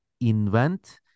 invent